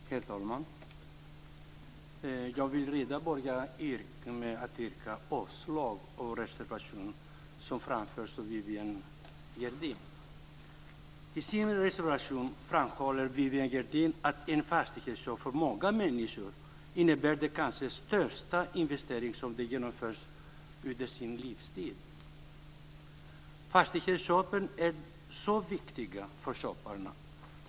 Herr talman! Jag vill redan från början yrka avslag på den reservation som framförts av Viviann I sin reservation framhåller Viviann Gerdin att ett fastighetsköp för många människor innebär den kanske största investering som de genomför under sin livstid. Fastighetsköpen är mycket viktiga för köparna.